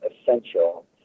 essential